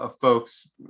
folks